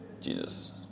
Jesus